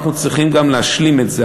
אנחנו צריכים גם להשלים את זה.